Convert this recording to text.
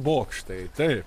bokštai taip